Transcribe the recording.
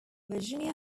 virginia